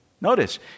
Notice